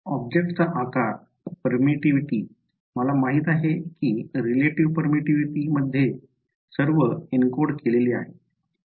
ऑब्जेक्टचा आकार permitivity मला माहित आहे की relative permittivity मध्ये सर्व एन्कोड केलेले आहे